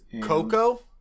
Coco